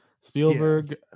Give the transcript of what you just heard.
spielberg